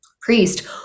priest